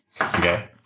Okay